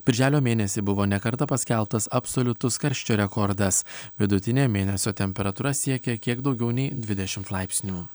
birželio mėnesį buvo ne kartą paskelbtas absoliutus karščio rekordas vidutinė mėnesio temperatūra siekė kiek daugiau nei dvidešimt laipsnių